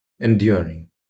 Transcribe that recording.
enduring